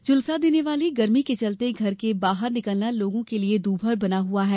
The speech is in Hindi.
झुलसा देने वाली गर्मी के चलते घर के बाहर निकलना लोगों के लिए दूभर बना हुआ है